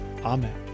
Amen